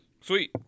sweet